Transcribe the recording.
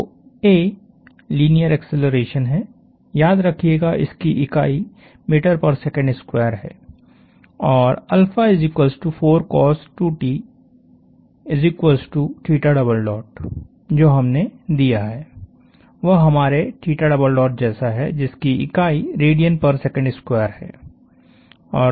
तो a linear acceleration है याद रखियेगा इसकी इकाई हैं और जो हमने दिया है वह हमारे जैसा है जिसकी इकाई हैं